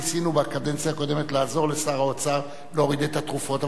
בקדנציה הקודמת דווקא ניסינו לעזור לשר האוצר להוריד את מחירי התרופות,